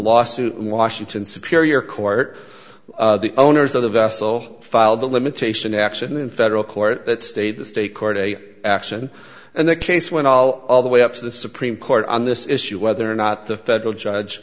lawsuit in washington superior court the owners of the vessel filed that limitation action in federal court that state the state court a action and the case went all the way up to the supreme court on this issue whether or not the federal judge